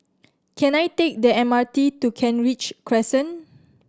can I take the M R T to Kent Ridge Crescent